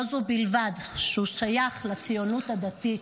לא זו בלבד שהוא שייך לציונות הדתית,